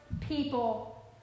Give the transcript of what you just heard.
people